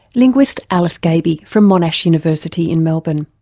linguist alice gaby from monash university in melbourne.